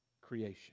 creation